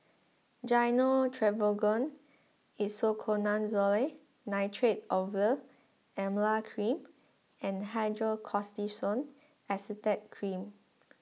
Gyno Travogen Isoconazole Nitrate Ovule Emla Cream and Hydrocortisone Acetate Cream